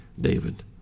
David